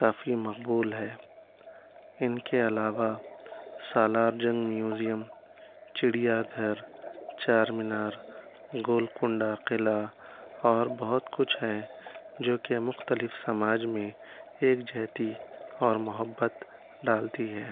کافی مقبول ہے ان کے علاوہ سالار جنگ میوزیم چڑیا گھر چار مینار گولکنڈہ قلعہ اور بہت کچھ ہے جو کہ مختلف سماج میں یکجہتی اور محبت ڈالتی ہے